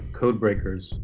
codebreakers